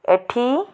ଏଠି